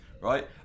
right